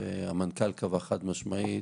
והמנכ"ל קבע חד-משמעית